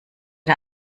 der